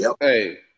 Hey